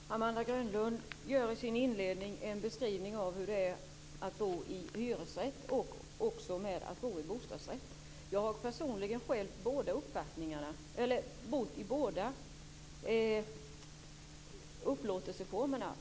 Fru talman! Amanda Grönlund gör i sin inledning en beskrivning av hur det är att bo i hyresrätt jämfört med hur det är att bo i bostadsrätt. Jag har personligen bott i båda upplåtelseformerna.